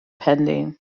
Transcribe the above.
pending